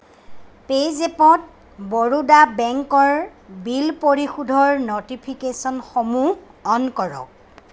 পে'জেপত বৰোদা বেংকৰ বিল পৰিশোধৰ ন'টিফিকেশ্যনসমূহ অন কৰক